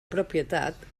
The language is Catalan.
propietat